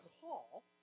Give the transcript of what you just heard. call